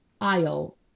aisle